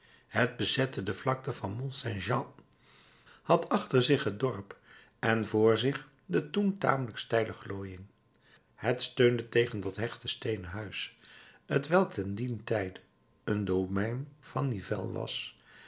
het bezette de vlakte van mont saint jean had achter zich het dorp en voor zich de toen tamelijk steile glooiing het steunde tegen dat hechte steenen huis t welk te dien tijde een domein van nivelles was